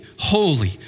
Holy